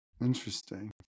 Interesting